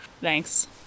thanks